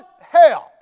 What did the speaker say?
help